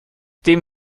dem